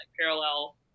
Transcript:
parallel